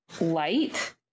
light